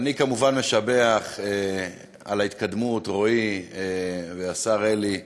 אני כמובן משבח על ההתקדמות, רועי והשר אלי,